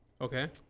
Okay